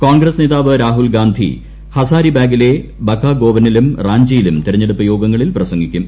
കോൺഗ്രസ് നേതാവ് രാഹുൽഗാന്ധി ഹസാരിബാഗിലെ ബക്കാഗോവനിലും റാഞ്ചിയിലും തെരഞ്ഞെടുപ്പ് യോഗങ്ങളിൽ പ്രസംഗിക്കും